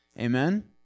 Amen